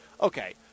okay